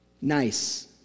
Nice